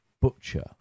butcher